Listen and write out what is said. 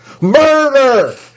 Murder